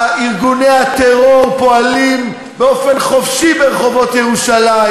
ארגוני הטרור פועלים באופן חופשי ברחובות ירושלים.